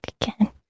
again